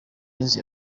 y’inzu